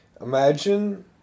Imagine